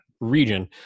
region